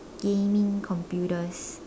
gaming computers